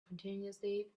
continuously